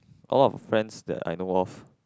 a lot of friends that I know of